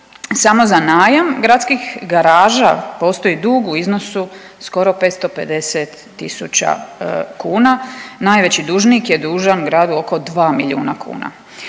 Samo za najam gradskih garaža postoji dug u iznosu skoro 550 000 kuna. Najveći dužnik je dužan gradu oko 2 milijuna kuna.